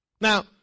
Now